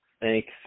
Thanks